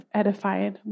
edified